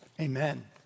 amen